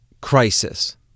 crisis